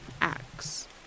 acts